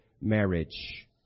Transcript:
marriage